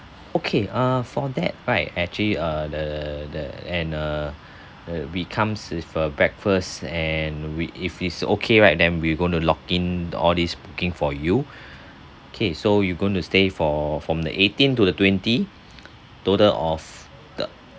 okay ah for that right actually ah the the and err uh we comes with a breakfast and we if it's okay right then we're going to lock in all these booking for you okay so you going to stay for from the eighteen to twenty total of the